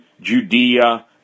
Judea